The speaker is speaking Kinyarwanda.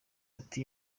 ati